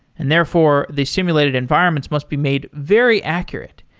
and therefore, these simulated environments must be made very accurate,